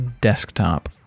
desktop